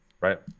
Right